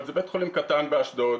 זה בית חולים קטן באשדוד